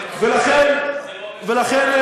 ולכן,